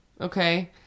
Okay